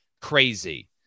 crazy